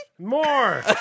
more